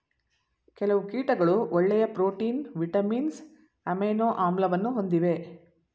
ಕೆಲವು ಕೀಟಗಳು ಒಳ್ಳೆಯ ಪ್ರೋಟೀನ್, ವಿಟಮಿನ್ಸ್, ಅಮೈನೊ ಆಮ್ಲವನ್ನು ಹೊಂದಿವೆ